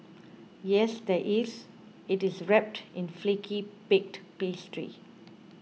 yes there is it is wrapped in flaky baked pastry